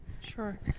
Sure